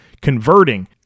converting